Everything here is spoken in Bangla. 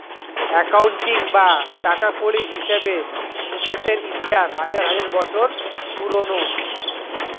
অ্যাকাউন্টিং বা টাকাকড়ির হিসেবে মুকেশের ইতিহাস হাজার হাজার বছর পুরোনো